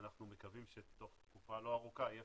ואנחנו מקווים שתוך תקופה לא ארוכה יהיה